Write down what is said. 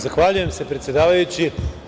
Zahvaljujem se, predsedavajući.